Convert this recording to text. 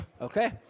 Okay